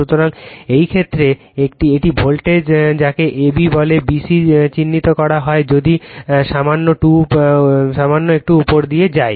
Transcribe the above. সুতরাং এই ক্ষেত্রে এটি ভোল্টেজ যাকে a b বলে b c চিহ্নিত করা হয় যদি সামান্য একটু উপরের দিকে যাই